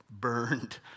burned